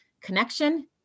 connection